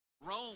Rome